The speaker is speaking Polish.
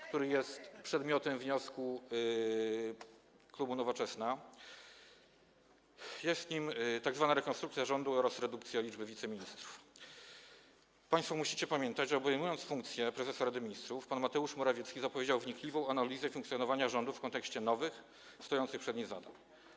który jest przedmiotem wniosku klubu Nowoczesna - jest nim tzw. rekonstrukcja rządu oraz redukcja liczby wiceministrów - to państwo musicie pamiętać, że obejmując funkcję prezesa Rady Ministrów, pan Mateusz Morawiecki zapowiedział wnikliwą analizę funkcjonowania rządu w kontekście stojących przed nim nowych zadań.